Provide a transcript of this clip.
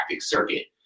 circuit